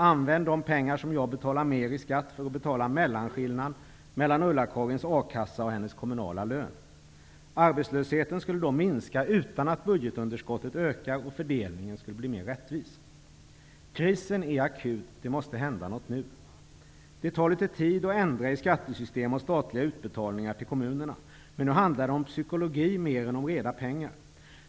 Använd de pengar som jag betalar mer i skatt för att betala mellanskillnaden mellan Ulla-Karins a-kassa och hennes kommunala lön. Arbetslösheten skulle då minska utan att budgetunderskottet skulle öka och fördelningen skulle bli mer rättvis. Krisen är akut. Det måste hända något nu. Det tar litet tid att ändra i skattesystem och statliga utbetalningar till kommunerna. Men nu handlar det om psykologi mer än om reda pengar.